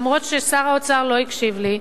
אף-על-פי ששר האוצר לא הקשיב לי,